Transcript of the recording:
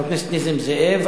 חבר הכנסת נסים זאב,